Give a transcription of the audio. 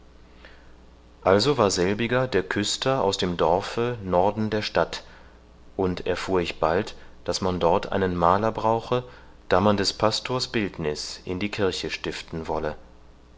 also war selbiger der küster aus dem dorfe norden der stadt und erfuhr ich bald daß man dort einen maler brauche da man des pastors bildniß in die kirche stiften wolle